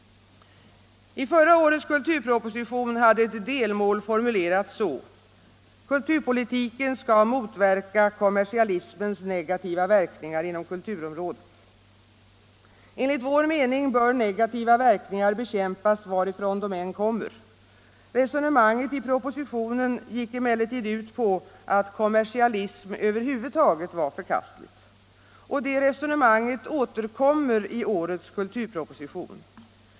I förra årets kulturproposition hade ett delmål formulerats så: ”Kulturpolitiken skall motverka kommersialismens negativa verkningar inom kulturområdet.” Enligt vår mening bör negativa verkningar bekämpas varifrån de än kommer. Resonemanget i propositionen gick emellertid ut på att kommersialism över huvud taget var förkastlig. Och det resonemanget återkommer i årets kulturproposition.